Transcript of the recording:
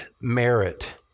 merit